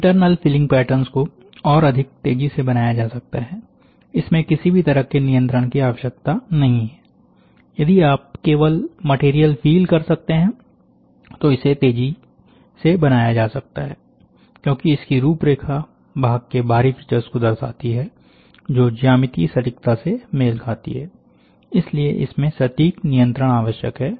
internal filling pattern को और अधिक तेजी से बनाया जा सकता हैइसमें किसी भी तरह के नियंत्रण की आवश्यकता नहीं हैयदि आप केवल मटेरियल फिल कर सकते है तो इसे तेजी से बनाया जा सकता है क्योंकि इसकी रूपरेखा भाग के बाहरी फीचर्स को दर्शाती हैजो ज्यामितीय सटीकता से मेल खाती हैइसलिए इसमें सटीक नियंत्रण आवश्यक है